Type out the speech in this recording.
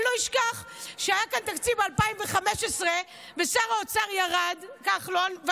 אני לא אשכח שהיה כאן תקציב 2015 ושר האוצר כחלון ירד,